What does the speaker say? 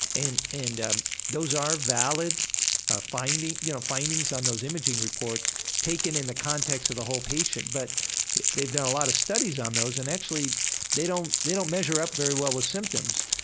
and and those are valid ah findings you know findings on those imaging reports taken in the context of the whole patient, but they've done a lot of studies on those and actually they don't they don't measure up very well with symptoms.